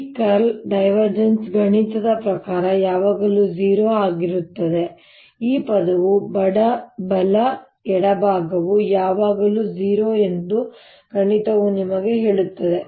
ಈಗ curl divergence ಗಣಿತದ ಪ್ರಕಾರ ಯಾವಾಗಲೂ 0 ಅಗಿರುರತ್ತದೆ ಈ ಪದವು ಬಲ ಎಡಭಾಗವು ಯಾವಾಗಲೂ 0 ಎಂದು ಗಣಿತವು ನಿಮಗೆ ಹೇಳುತ್ತದೆ